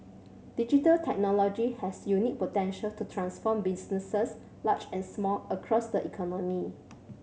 digital technology has unique potential to transform businesses large and small across the economy